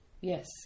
Yes